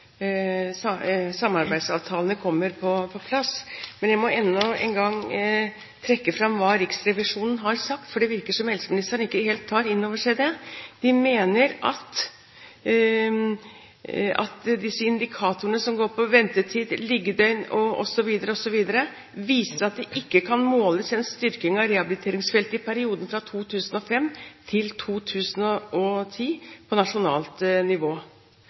samarbeidsavtalene kommer på plass. Men jeg må enda en gang trekke fram hva Riksrevisjonen har sagt, for det virker som om helseministeren ikke helt tar det inn over seg. De mener at disse indikatorene som går på ventetid, liggedøgn osv., viser at det ikke kan måles en styrking av rehabiliteringsfeltet i perioden 2005–2010 på nasjonalt nivå.